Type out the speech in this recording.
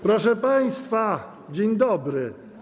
Proszę państwa, dzień dobry.